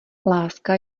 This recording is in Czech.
láska